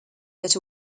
that